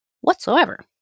whatsoever